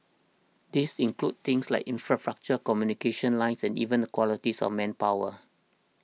these include things like infrastructure communication lines and even the qualities of manpower